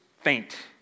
faint